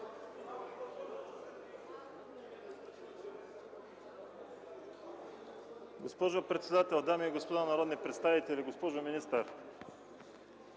Госпожо председател, дами и господа народни представители, госпожо министър!